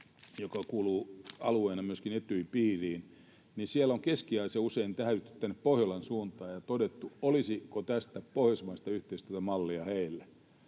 joka kuuluu alueena myöskin Etyjin piiriin: Siellä on Keski-Aasiassa usein tähyilty tänne Pohjolan suuntaan ja todettu, olisiko tästä pohjoismaisesta yhteistyöstä mallia heille.